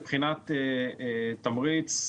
מבחינת תמריץ,